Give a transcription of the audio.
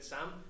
Sam